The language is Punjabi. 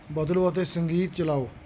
ਬਦਲੋ ਅਤੇ ਸੰਗੀਤ ਚਲਾਓ